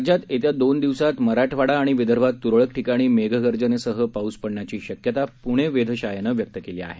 राज्यात येत्या दोन दिवसात मराठवाडा आणि विदर्भात तुरळक ठिकाणी मेघगर्जनेसह पाऊस पडण्याची शक्यता पूणे वेधशाळेनं व्यक्त केली आहे